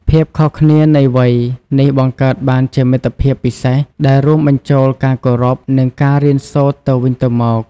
ភាពខុសគ្នានៃវ័យនេះបង្កើតបានជាមិត្តភាពពិសេស ដែលរួមបញ្ចូលការគោរព និងការរៀនសូត្រទៅវិញទៅមក។